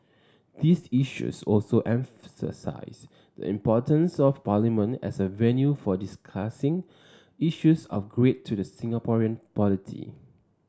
these issues also emphasise the importance of Parliament as a venue for discussing issues of great to the Singaporean polity